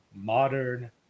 modern